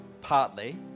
partly